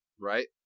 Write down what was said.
Right